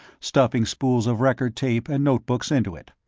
stuffing spools of record tape and notebooks into it.